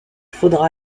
faudra